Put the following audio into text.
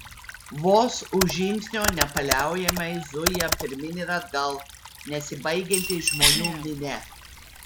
vos už žingsnio nepaliaujamai zuja pirmyn ir atgal nesibaigianti žmonių minia